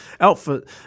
outfit